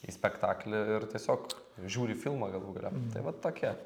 į spektaklį ir tiesiog žiūri filmą galų gale tai vat tokie